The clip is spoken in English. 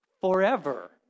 forever